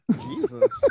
Jesus